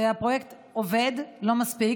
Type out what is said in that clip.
הפרויקט עובד, אבל לא מספיק.